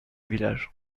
village